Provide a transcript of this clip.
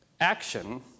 action